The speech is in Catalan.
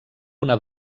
una